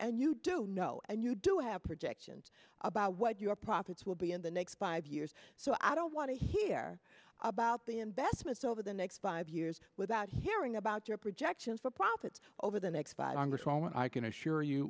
and you do know and you do have projections about what your profits will be in the next five years so i don't want to hear about the investments over the next five years without hearing about your projections for profits over the next five or so and i can assure you